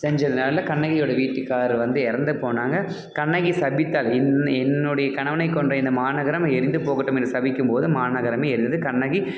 செஞ்சதனால் கண்ணகியோட வீட்டுக்காரர் வந்து இறந்து போனாங்க கண்ணகி சபித்தாள் என் என்னுடைய கணவனைக் கொன்ற இந்த மாநகரம் எரிந்து போகட்டும் என்று சபிக்கும் போது மாநகரமே எரிந்தது கண்ணகி